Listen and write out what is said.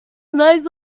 nice